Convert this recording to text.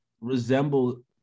resemble